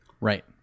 right